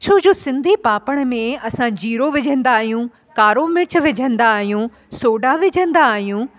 छो जो सिंधी पापड़ में असां जीरो विझंदा आहियूं कारो मिर्च विझंदा आहियूं सोडा विझंदा आहियूं